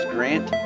Grant